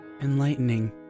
Enlightening